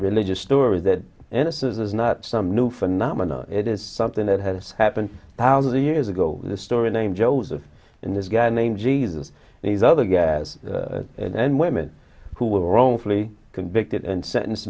religious stories that innocence is not some new phenomenon it is something that has happened thousands of years ago the story named joseph in this guy named jesus these other guys and women who were wrongfully convicted and sentence